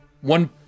one